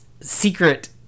secret